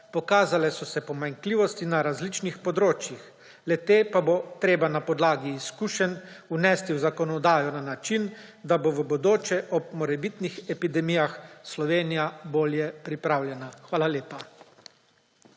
Pokazale so se pomanjkljivosti na različnih področjih, le-te pa bo treba na podlagi izkušenj vnesti v zakonodajo na način, da bo v bodoče ob morebitnih epidemijah Slovenija bolje pripravljena. Hvala lepa.